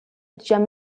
gem